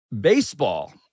baseball